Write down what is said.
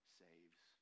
saves